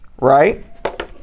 Right